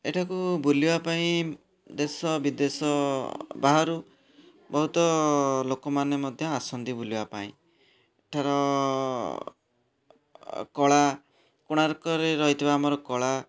ଏଠାକୁ ବୁଲିବା ପାଇଁ ଦେଶ ବିଦେଶ ବାହାରୁ ବହୁତ ଲୋକମାନେ ମଧ୍ୟ ଆସନ୍ତି ବୁଲିବା ପାଇଁ ଧର କଳା କୋଣାର୍କରେ ରହିଥିବା ଆମର କଳା